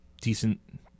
decent